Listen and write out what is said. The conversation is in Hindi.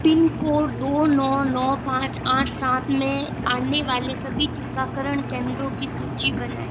पिनकोड दौ नौ नौ पाँच आठ सात में आने वाले सभी टीकाकरण केंद्रों की सूची बनाएँ